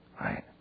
right